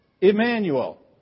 Emmanuel